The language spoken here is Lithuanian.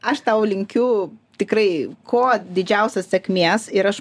aš tau linkiu tikrai kuo didžiausios sėkmės ir aš